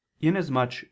inasmuch